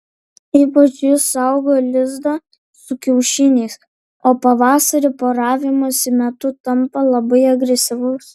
ypač jis saugo lizdą su kiaušiniais o pavasarį poravimosi metu tampa labai agresyvus